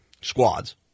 Squads